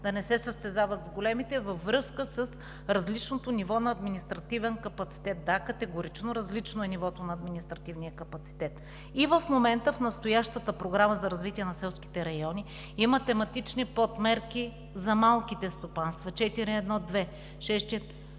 да не се състезават с големите, а във връзка с различното ниво на административен капацитет. Да, категорично различно е нивото на административния капацитет. И в момента, в настоящата Програма за развитие на селските райони има тематични подмерки за малките стопанства – 4.1.2… И